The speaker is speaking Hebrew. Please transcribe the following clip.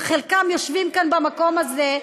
וחלקם יושבים כאן במקום הזה,